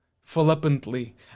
flippantly